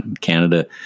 Canada